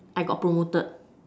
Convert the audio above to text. I got promoted